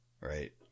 right